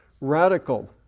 radical